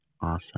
awesome